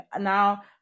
now